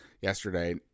yesterday